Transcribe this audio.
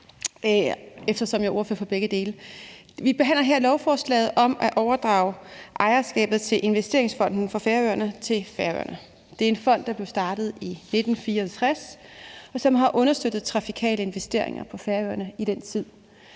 eftersom jeg er ordfører for begge dele. Vi behandler her lovforslaget om at overdrage ejerskabet til investeringsfonden for Færøerne til Færøerne. Det er en fond, der blev startet i 1964, og som i den tid har understøttet trafikale investeringer på Færøerne. Der er